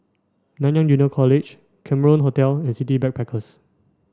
Nanyang Junior College Cameron Hotel and City Backpackers